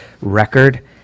record